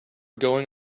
going